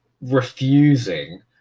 refusing